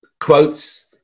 quotes